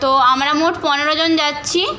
তো আমরা মোট পনেরো জন যাচ্ছি